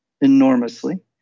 enormously